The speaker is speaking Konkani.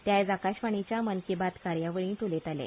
ते आयज आकाशवाणीच्या मन की बात कार्यावळींत उलयताले